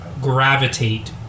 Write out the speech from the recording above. gravitate